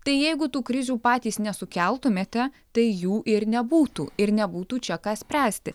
tai jeigu tų krizių patys nesukeltumėte tai jų ir nebūtų ir nebūtų čia ką spręsti